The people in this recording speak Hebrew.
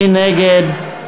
מי נגד?